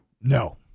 No